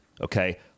okay